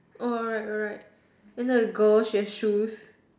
oh right right right and then the girl she has shoes